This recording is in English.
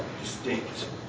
distinct